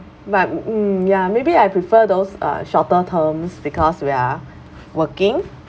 but mm ya maybe I prefer those uh shorter terms because we are working